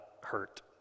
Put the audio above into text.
hurt